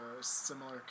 similar